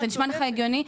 זה נשמע לך הגיוני?